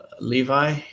levi